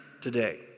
today